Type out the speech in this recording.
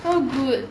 so good